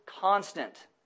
constant